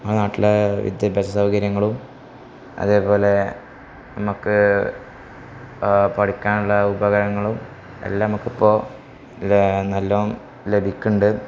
നമ്മുടെ നാട്ടിലെ വിദ്യാഭ്യാസ സൗകര്യങ്ങളും അതേപോലെ നമുക്ക് പഠിക്കാനുള്ള ഉപകരണങ്ങളും എല്ലാം നമുക്കിപ്പോള് എല്ലാം നല്ലവണ്ണം ലഭിക്കുന്നുണ്ട്